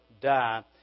die